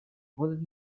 будут